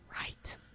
Right